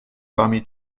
parmi